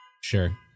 sure